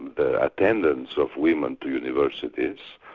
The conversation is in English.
the attendance of women to universities,